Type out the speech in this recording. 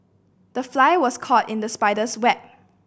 the fly was caught in the spider's web